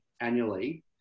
annually